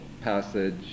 passage